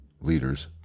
leaders